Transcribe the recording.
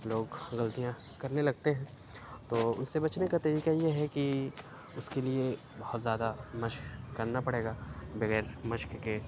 لوگ غلطیاں کرنے لگتے ہیں تو اُن سے بچنے کا طریقہ یہ ہے کہ اُس کے لیے بہت زیادہ مشق کرنا پڑے گا بغیر مشق کے